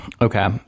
Okay